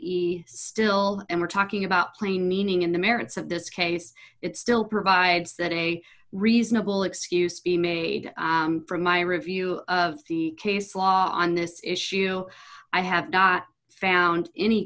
either still and we're talking about plain meaning in the merits of this case it still provides that a reasonable excuse be made from my review of the case law on this issue i have not found any